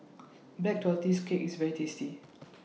Black Tortoise Cake IS very tasty